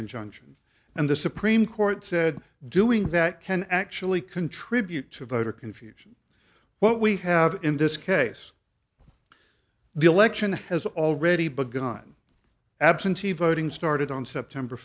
injunction and the supreme court said doing that can actually contribute to voter confusion what we have in this case the election has already begun absentee voting started on september